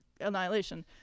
annihilation